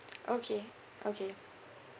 okay okay